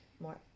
more